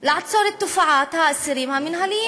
לעצור את תופעת האסירים המינהליים.